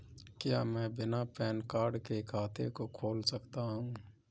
क्या मैं बिना पैन कार्ड के खाते को खोल सकता हूँ?